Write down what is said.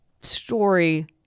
story